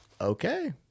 okay